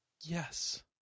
Yes